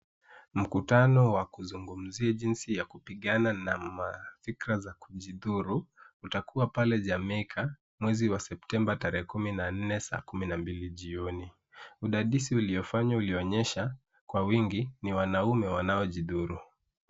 Mkutano wa kuzugumzia jinsi ya kupigana na fikira za kujidhuru utakuwa pale Jamaica mwezi wa September tarehe kumi na nne sasa kumi na mbili jioni. Udadisi uliofanywa ulionyesha kwa wingi ni wanaume wanaojidhuru.